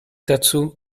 dazu